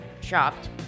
Chopped